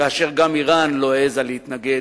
כאשר גם אירן לא העזה להתנגד.